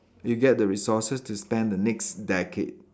you get the resources to spend the next decade